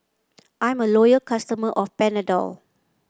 I'm a loyal customer of Panadol